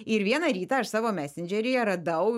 ir vieną rytą aš savo mesendžeryje radau